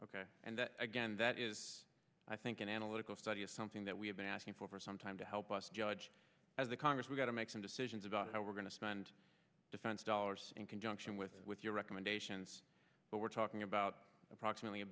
and again that is i think an analytical study is something that we have been asking for for some time to help us judge as the congress we've got to make some decisions about how we're going to spend defense dollars in conjunction with with your recommendations but we're talking about approximately a